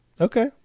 Okay